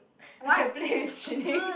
I can play with Zhi-Ning